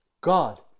God